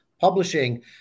Publishing